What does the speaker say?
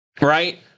right